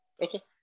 Okay